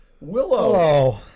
Willow